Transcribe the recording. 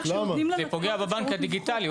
זה פוגע בבנק הדיגיטלי,